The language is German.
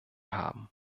haben